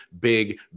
big